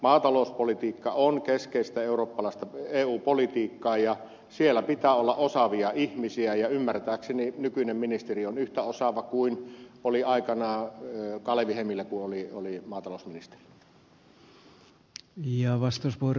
maatalouspolitiikka on keskeistä eurooppalaista eu politiikkaa ja siellä pitää olla osaavia ihmisiä ja ymmärtääkseni nykyinen ministeri on yhtä osaava kuin oli aikanaan kalevi hemilä kun oli maatalousministerinä